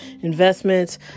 Investments